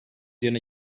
yerine